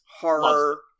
horror